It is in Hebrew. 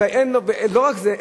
ולא רק זה,